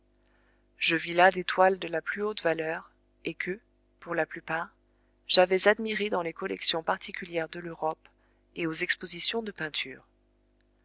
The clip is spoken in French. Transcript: je vis là des toiles de la plus haute valeur et que pour la plupart j'avais admirées dans les collections particulières de l'europe et aux expositions de peinture